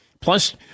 plus